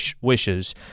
wishes